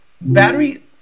battery